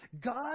God